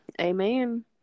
Amen